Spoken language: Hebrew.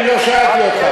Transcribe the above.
אני לא שאלתי אותך.